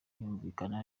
yumvikana